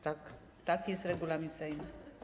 Tak, taki jest regulamin Sejmu.